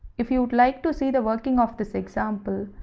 if you would like to see the working of this example,